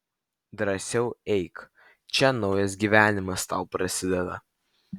drąsiau eik čia naujas gyvenimas tau prasideda